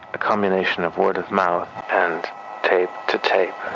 a combination of word of mouth and tape to tape,